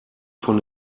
von